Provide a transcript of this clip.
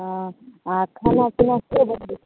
हँ आ खाना पीना सेहो बनबै छियै